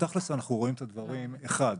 בתכלס אנחנו רואים את הדברים אחד,